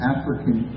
African